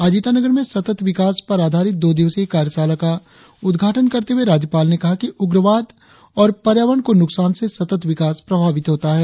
आज ईटानगर में सतत विकास पर आधारित दो दिवसीय कार्यशाला का उद्घाटन करते हुए राज्यपाल ने कहा कि उग्रवाद और पर्यावरण को नुकसान से सतत विकास प्रभावित होता है